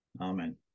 amen